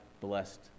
blessed